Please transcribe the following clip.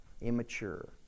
immature